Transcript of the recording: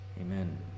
Amen